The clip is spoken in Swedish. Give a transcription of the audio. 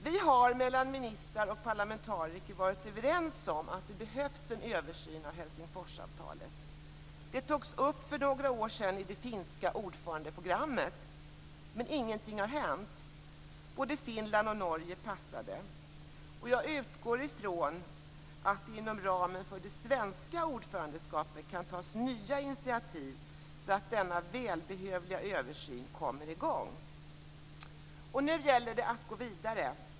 Vi har mellan ministrar och parlamentariker varit överens om att det behövs en översyn av Helsingforsavtalet. Det togs upp för några år sedan i det finska ordförandeprogrammet. Men ingenting har hänt. Både Finland och Norge passade. Jag utgår från att det inom ramen för det svenska ordförandeskapet kan tas nya initiativ så att denna välbehövliga översyn kommer i gång. Nu gäller det att gå vidare.